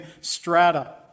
strata